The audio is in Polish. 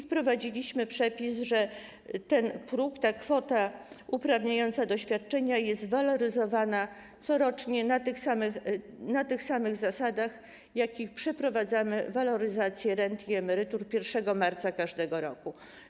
Wprowadziliśmy przepis, że ten próg, ta kwota uprawniająca do świadczenia jest waloryzowana corocznie na tych samych zasadach, jak również przeprowadzamy waloryzację rent i emerytur 1 marca każdego roku.